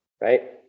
right